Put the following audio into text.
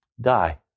Die